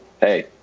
hey